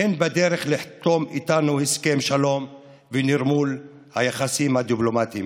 הן בדרך לחתום איתנו הסכם שלום ונרמול היחסים הדיפלומטיים.